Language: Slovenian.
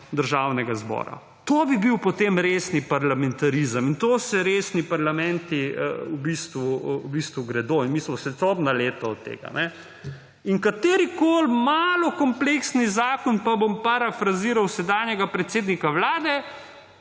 Državnega zbora. To bi bil potem resen parlamentarizem, to se resni parlamenti gredo. Mi pa smo svetlobna leta od tega. In katerikoli malo kompleksnejši zakon – pa bom parafraziral sedanjega predsednika Vlade